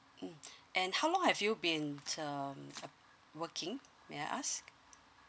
mm and how long have you been um working may I ask